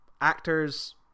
actors